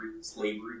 slavery